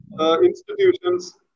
institutions